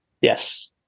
Yes